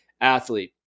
athlete